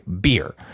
beer